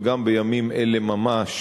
וגם בימים אלה ממש